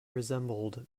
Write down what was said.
resembled